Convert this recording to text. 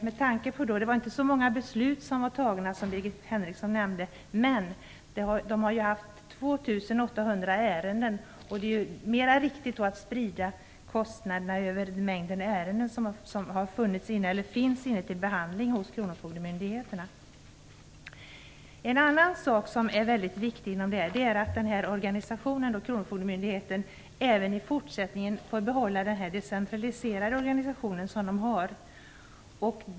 Med tanke på det har inte så många beslut fattats, som Birgit Henriksson nämnde, men det har ju förekommit 2 800 ärenden, och det är mer riktigt att sprida kostnaden över mängden ärenden som finns till behandling hos kronofogdemyndigheterna. En annan sak som är mycket viktig inom det här området är att kronofogdemyndigheten även i fortsättningen får behålla den decentraliserade organisation som den har.